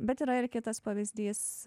bet yra ir kitas pavyzdys